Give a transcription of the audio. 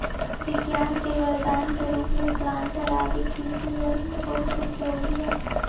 विज्ञान के वरदान के रूप में प्लांटर आदि कृषि यन्त्र बहुत उपयोगी हई